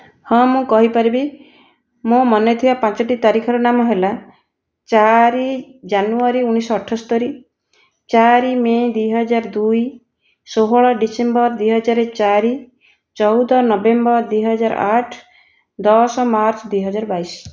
ହଁ ମୁଁ କହିପାରିବି ମୋ' ମନେଥିବା ପାଞ୍ଚଟି ତାରିଖର ନାମ ହେଲା ଚାରି ଜାନୁଆରୀ ଉଣେଇଶଶହ ଅଠସ୍ତରି ଚାରି ମେ' ଦୁଇହଜାର ଦୁଇ ଷୋହଳ ଡିସେମ୍ବର ଦୁଇହଜାର ଚାରି ଚଉଦ ନଭେମ୍ବର ଦୁଇହଜାର ଆଠ ଦଶ ମାର୍ଚ୍ଚ ଦୁଇହଜାର ବାଇଶ